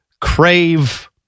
crave